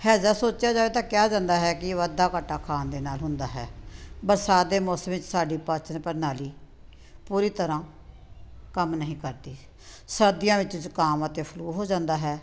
ਹੈਜ਼ਾ ਸੋਚਿਆ ਜਾਵੇ ਤਾਂ ਕਿਹਾ ਜਾਂਦਾ ਹੈ ਕਿ ਵਾਧਾ ਘਾਟਾ ਖਾਣ ਦੇ ਨਾਲ ਹੁੰਦਾ ਹੈ ਬਰਸਾਤ ਦੇ ਮੌਸਮ ਵਿੱਚ ਸਾਡੀ ਪਾਚਨ ਪ੍ਰਣਾਲੀ ਪੂਰੀ ਤਰ੍ਹਾਂ ਕੰਮ ਨਹੀਂ ਕਰਦੀ ਸਰਦੀਆਂ ਵਿੱਚ ਜ਼ੁਕਾਮ ਅਤੇ ਫਲੂ ਹੋ ਜਾਂਦਾ ਹੈ